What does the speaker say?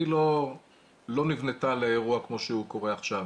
היא לא נבנתה לאירוע כמו שהוא קורה עכשיו,